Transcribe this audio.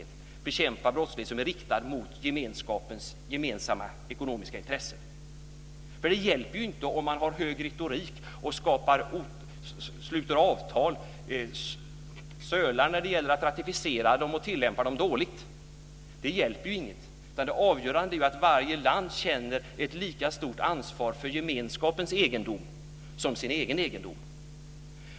Jag hoppas att det också kan fortsätta att vara Sveriges uppfattning. Det hjälper ju inte att man har god retorik och sluter avtal om man sölar när det gäller att ratificera dem, och tillämpar dem dåligt. Det hjälper inte, utan det avgörande är att varje land känner ett lika stort ansvar för gemenskapens egendom som sin egen egendom.